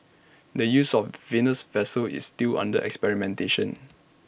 the use of the Venus vessel is still under experimentation